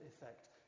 effect